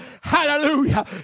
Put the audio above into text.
Hallelujah